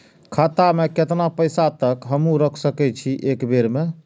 खाता में केतना पैसा तक हमू रख सकी छी एक बेर में?